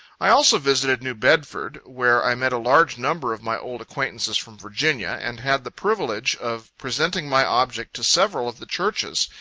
i also visited new bedford, where i met a large number of my old acquaintances from virginia, and had the privilege of presenting my object to several of the churches,